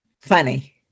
Funny